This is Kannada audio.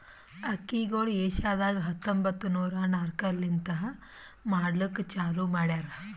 ಅಕ್ಕಿಗೊಳ್ ಏಷ್ಯಾದಾಗ್ ಹತ್ತೊಂಬತ್ತು ನೂರಾ ನಾಕರ್ಲಿಂತ್ ಮಾಡ್ಲುಕ್ ಚಾಲೂ ಮಾಡ್ಯಾರ್